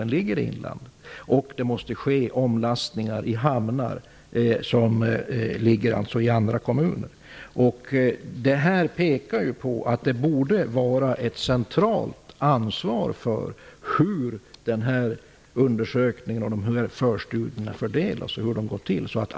Det måste vidare ske omlastningar i hamnar som ligger i andra kommuner. Detta faktum pekar på att det borde finnas ett centralt ansvar för hur undersökningen och förstudierna fördelas och går till.